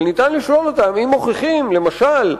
אבל ניתן לשלול אותן אם מוכיחים, למשל,